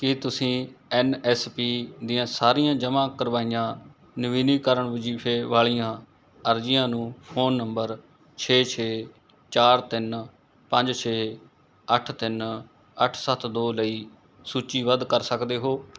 ਕੀ ਤੁਸੀਂ N S P ਦੀਆਂ ਸਾਰੀਆਂ ਜਮ੍ਹਾਂ ਕਰਵਾਈਆਂ ਨਵੀਨੀਕਰਨ ਵਜੀਫੇ ਵਾਲ਼ੀਆਂ ਅਰਜ਼ੀਆਂ ਨੂੰ ਫ਼ੋਨ ਨੰਬਰ ਛੇ ਛੇ ਚਾਰ ਤਿੰਨ ਪੰਜ ਛੇ ਅੱਠ ਤਿੰਨ ਅੱਠ ਸੱਤ ਦੋ ਲਈ ਸੂਚੀਬੱਧ ਕਰ ਸਕਦੇ ਹੋ